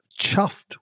chuffed